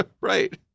right